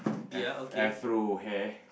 F Afro hair